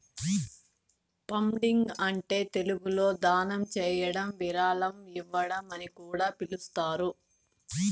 funding అంటే తెలుగులో దానం చేయడం విరాళం ఇవ్వడం అని కూడా పిలుస్తారు